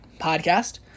podcast